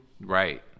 Right